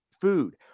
food